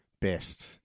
Best